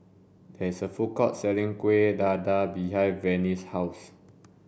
there is a food court selling Kuhn Dakar behind Venice's house